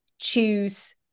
choose